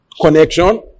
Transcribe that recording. connection